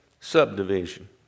subdivision